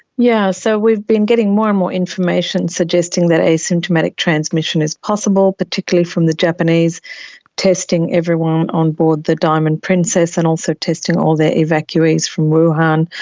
yeah so we've been getting more and more information suggesting that asymptomatic transmission is possible, particularly from the japanese testing everyone on board the diamond princess and also testing all their evacuees from wuhan,